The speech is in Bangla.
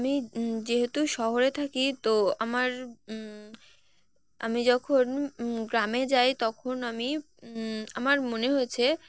আমি যেহেতু শহরে থাকি তো আমার উম আমি যখন গ্রামে যাই তখন আমি উম আমার মনে হয়েছে